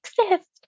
exist